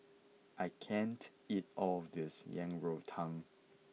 I can't eat all of this Yang Rou Tang